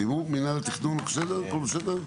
סיימו מינהל התכנון הכל בסדר?